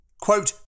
Quote